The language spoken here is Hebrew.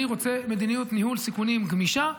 אני רוצה מדיניות ניהול סיכונים גמישה.